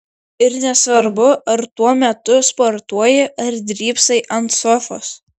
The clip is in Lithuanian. ir nesvarbu ar tuo metu sportuoji ar drybsai ant sofos